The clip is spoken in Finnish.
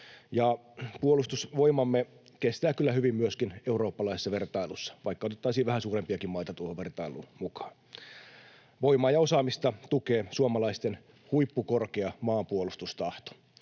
puolustusvoimamme kestävät kyllä hyvin myöskin eurooppalaisessa vertailussa, vaikka otettaisiin vähän suurempiakin maita tuohon vertailuun mukaan. Voimaa ja osaamista tukee suomalaisten huippukorkea maanpuolustustahto,